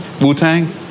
Wu-Tang